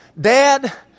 Dad